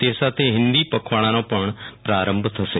તે સાથે હિન્દી પખવાડાનો પણ પ્રારંભ થશે